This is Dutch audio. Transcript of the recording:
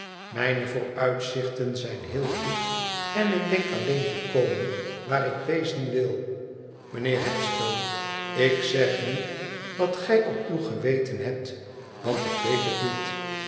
mijne vooruitzichten zijn heel goed en ik denk alleen te komen waar ik wezen wil mijnheer headstone ik zeg niet wat gij op uw geweten hebt want ik weet het niet